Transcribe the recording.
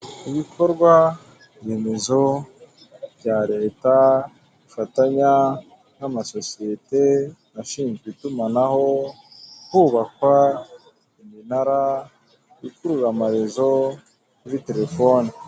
Ibikorwaremezo bya leta bifatanya n' amasososiyete ashinzwe itumanaho, hubakwa iminara ikurura amarezo kuri telefone.